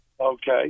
Okay